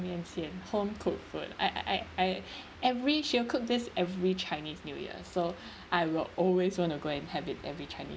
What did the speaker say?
mian xian home-cooked food I I I I every she'll cook this every chinese new year so I will always want to go and have it every chinese